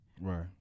right